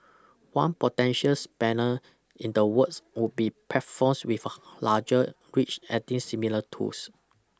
one potential spanner in the works would be platforms with a larger reach adding similar tools